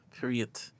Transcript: Period